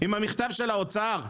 עם המכתב של האוצר?